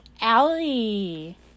Allie